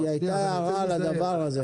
כי הייתה הערה על הדבר הזה.